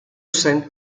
zen